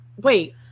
wait